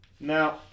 Now